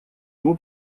его